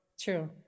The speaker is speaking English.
True